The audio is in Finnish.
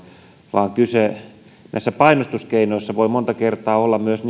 vaan kyse näissä painostuskeinoissa voi monta kertaa olla myös